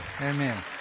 Amen